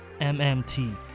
MMT